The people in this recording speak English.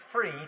free